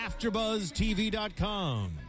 AfterBuzzTV.com